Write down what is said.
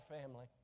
family